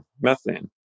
methane